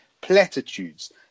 platitudes